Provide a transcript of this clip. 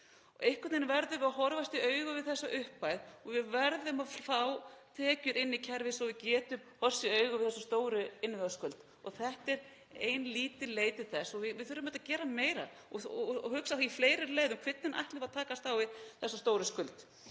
Einhvern veginn verðum við að horfast í augu við þessa upphæð og við verðum að fá tekjur inn í kerfið svo við getum horfst í augu við þessa stóru innviðaskuld. Þetta er ein lítil leið til þess og við þurfum að gera meira og hugsa í fleiri leiðum: Hvernig ætlum við að takast á við þessa stóru skuld?